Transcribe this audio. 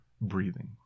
breathing